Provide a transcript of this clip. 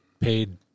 paid